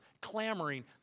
clamoring